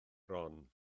bron